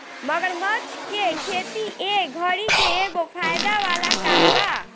मगरमच्छ के खेती ए घड़ी के एगो फायदा वाला काम बा